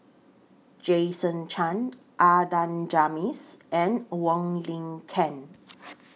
Jason Chan Adan Jimenez and Wong Lin Ken